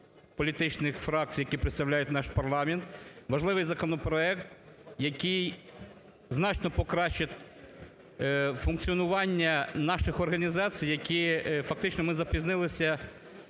політичних фракцій, які представляють наш парламент. Важливий законопроект, який значно покращить функціонування наших організацій, які фактично ми запізнилися